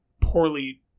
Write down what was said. poorly